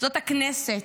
זאת הכנסת,